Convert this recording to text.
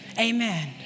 amen